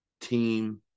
team